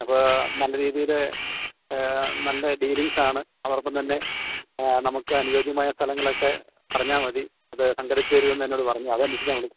അപ്പോള് നല്ല രീതിയില് നല്ല ഡീലിംഗ്സാണ് അതോടൊപ്പം തന്നെ നമുക്കനുയോജ്യമായ സ്ഥലങ്ങളൊക്കെ പറഞ്ഞാല് മതി അതു സംഘടിപ്പിച്ചു തരുമെന്ന് എന്നോട് പറഞ്ഞു അതനുസരിച്ച് ഞാന് വിളിച്ചു